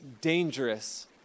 dangerous